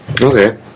Okay